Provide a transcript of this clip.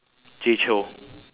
jay chou